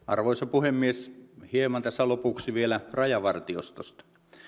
arvoisa puhemies hieman tässä lopuksi vielä rajavartiostosta